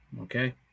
okay